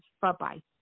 Bye-bye